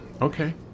okay